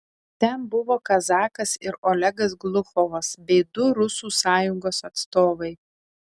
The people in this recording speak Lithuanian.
ten buvo kazakas ir olegas gluchovas bei du rusų sąjungos atstovai